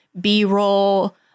B-roll